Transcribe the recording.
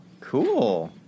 cool